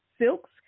silks